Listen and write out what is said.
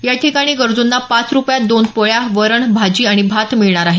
याठिकाणी गरजुंना पाच रुपयात दोन पोळ्या वरण भाजी आणि भात मिळणार आहे